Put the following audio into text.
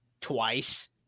twice